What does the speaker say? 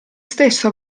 stesso